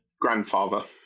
grandfather